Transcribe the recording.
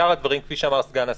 שאר הדברים, כפי שאמר סגן השר,